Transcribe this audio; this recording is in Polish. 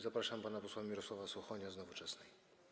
Zapraszam pana posła Mirosława Suchonia z Nowoczesnej.